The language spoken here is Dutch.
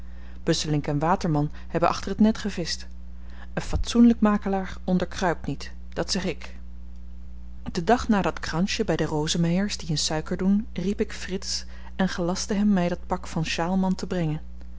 busselinck waterman hebben achter t net gevischt een fatsoenlyk makelaar onderkruipt niet dat zeg ik den dag na dat kransje by de rosemeyers die in suiker doen riep ik frits en gelastte hem my dat pak van sjaalman te brengen